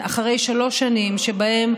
שבין